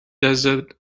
desert